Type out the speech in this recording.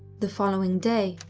the following day,